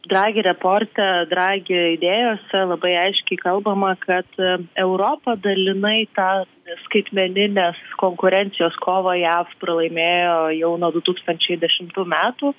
dragi raporte dragi idėjose labai aiškiai kalbama kad europa dalinai tą skaitmeninės konkurencijos kovą jav pralaimėjo jau nuo du tūkstančiai dešimtų metų